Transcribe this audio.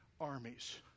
armies